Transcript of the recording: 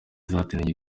guhatanira